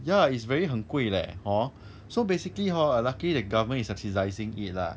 ya it's very 很贵 leh hor so basically hor I lucky the government is subsidising it lah